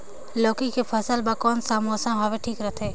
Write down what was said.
लौकी के फसल बार कोन सा मौसम हवे ठीक रथे?